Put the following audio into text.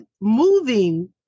moving